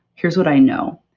here's what i know,